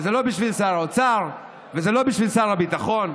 זה לא בשביל שר האוצר וזה לא בשביל שר הביטחון,